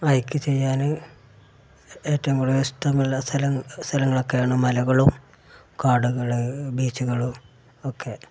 അയ്ക്ക് ചെയ്യാന് ഏറ്റവും കൂടുതലിഷ്ടമുള്ള സ്ഥലം സ്ഥലങ്ങളൊക്കെയാണ് മലകളും കാടുകള് ബീച്ചുകളും ഒക്കെ